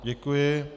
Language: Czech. Děkuji.